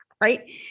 Right